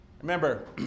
Remember